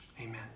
Amen